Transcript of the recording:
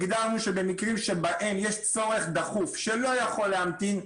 הגדרנו שבמקרים שבהם יש צורך דחוף שלא יכול להמתין,